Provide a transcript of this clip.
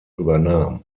übernahm